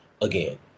Again